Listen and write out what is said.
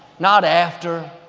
not after,